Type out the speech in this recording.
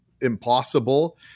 impossible